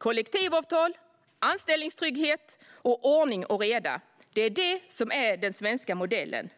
Kollektivavtal, anställningstrygghet och ordning och reda - det är det som är den svenska modellen,